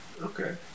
Okay